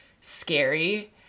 scary